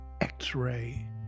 x-ray